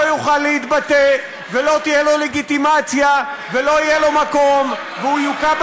יוכל להתבטא ולא תהיה לו לגיטימציה ולא יהיה לו מקום והוא יוקע,